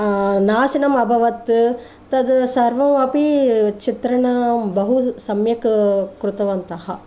नाशनम् अभवत् तत् सर्वमपि चित्रणं बहु सम्यक् कृतवन्तः